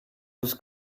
his